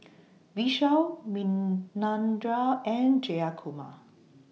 Vishal Manindra and Jayakumar